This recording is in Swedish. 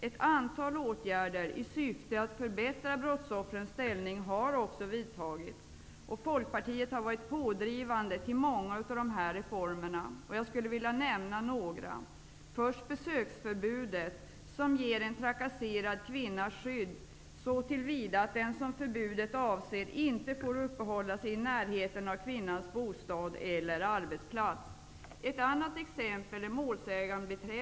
Ett antal åtgärder i syfte att förbättra brottsoffrens ställning har också vidtagits. Folkpartiet har varit pådrivande till många av dessa reformer. Jag skulle vilja nämna några. Besöksförbudet ger en trakasserad kvinna skydd så till vida att den som förbudet avser inte får uppehålla sig i närheten av kvinnans bostad eller arbetsplats. Ett annat exempel är rätten till målsägandebiträde.